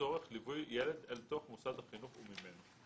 לצורך ליווי ילד אל תוך מוסד החינוך או ממנו.